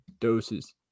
Doses